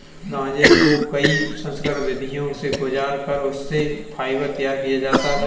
गांजे को कई संस्करण विधियों से गुजार कर उससे फाइबर तैयार किया जाता है